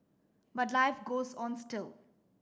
but life goes on still